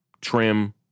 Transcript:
trim